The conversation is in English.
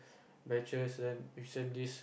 batches then you send this